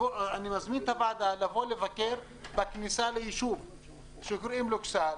אני מזמין את הוועדה לבוא לבקר בכניסה ליישוב שקוראים לו קסר,